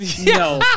No